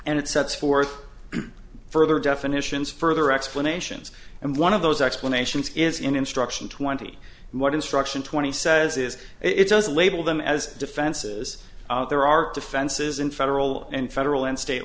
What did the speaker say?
and it sets forth further definitions further explanations and one of those explanations is in instruction twenty what instruction twenty says is it does label them as defenses there are defenses in federal and federal and state